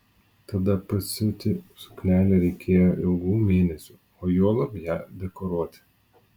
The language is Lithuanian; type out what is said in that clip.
tada pasiūti suknelę reikėjo ilgų mėnesių o juolab ją dekoruoti